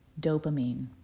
dopamine